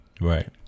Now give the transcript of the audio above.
right